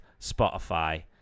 Spotify